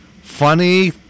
funny